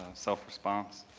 self-response.